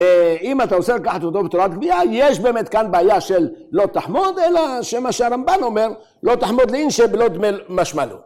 אם אתה אוסר לקחת אותו בצורת קביעה, יש באמת כאן בעיה של לא תחמוד, אלא שמה שהרמבן אומר, לא תחמוד - לאינשי, בלא דמי משמע להו.